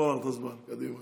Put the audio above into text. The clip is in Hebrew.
הדוברת הראשונה, נעמה לזימי.